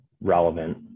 relevant